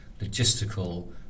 logistical